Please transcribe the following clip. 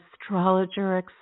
astrologer